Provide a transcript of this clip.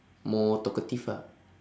more talkative ah